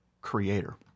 creator